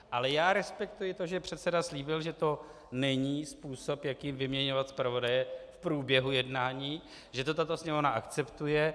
Ale já respektuji to, že předseda slíbil, že to není způsob, jakým vyměňovat zpravodaje v průběhu jednání, že to tato Sněmovna akceptuje.